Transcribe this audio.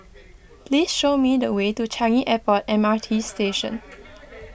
please show me the way to Changi Airport M R T Station